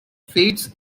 fades